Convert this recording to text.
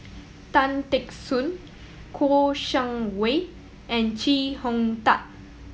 Tan Teck Soon Kouo Shang Wei and Chee Hong Tat